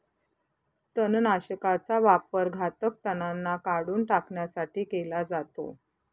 तणनाशकाचा वापर घातक तणांना काढून टाकण्यासाठी केला जातो